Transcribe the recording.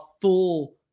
full